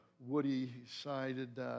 woody-sided